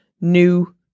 new